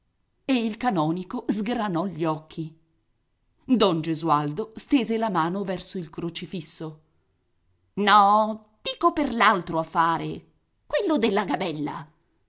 e il canonico sgranò gli occhi don gesualdo stese la mano verso il crocifisso no dico per l'altro affare quello della gabella